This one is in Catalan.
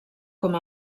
com